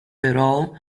però